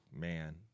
Man